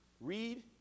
Read